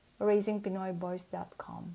RaisingPinoyBoys.com